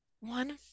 one